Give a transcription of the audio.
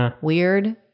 weird